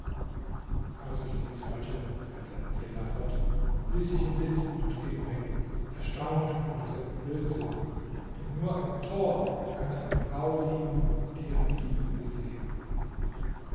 als ich dies hörte fährt der erzähler fort ließ ich ihn sitzen und ging weg erstaunt über seinen blödsinn denn nur ein tor kann eine frau lieben die er nie gesehen